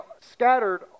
scattered